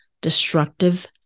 destructive